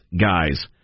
guys